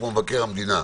כמו מבקר המדינה,